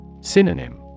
Synonym